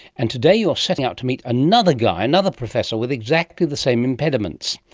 and today you are setting out to meet another guy, another professor with exactly the same impediments.